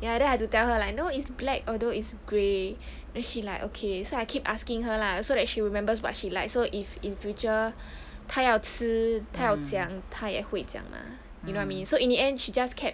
ya then I have to tell her like no it's black although it's grey then she like okay so I keep asking her lah so that she remembers what she likes so if in future 她要吃她要讲她也会讲 ah you know I mean so in the end she just kept